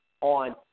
on